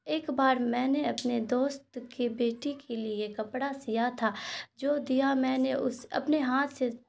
ایک بار میں نے اپنے دوست کے بیٹی کے لیے کپڑا سیا تھا جو دیا میں نے اس اپنے ہاتھ سے